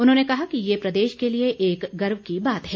उन्होंने कहा कि ये प्रदेश के लिए एक गर्व की बात है